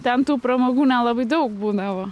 ten tų pramogų nelabai daug būdavo